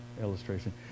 illustration